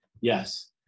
yes